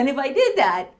and if i did that